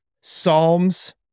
Psalms